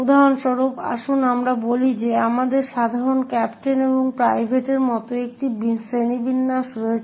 উদাহরণস্বরূপ আসুন আমরা বলি যে আমাদের সাধারণ ক্যাপ্টেন এবং প্রাইভেট এর মতো একটি শ্রেণিবিন্যাস রয়েছে